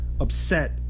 upset